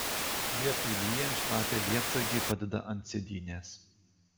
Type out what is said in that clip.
lietui lyjant šlapią lietsargį padeda ant sėdynės